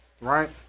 right